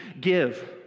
give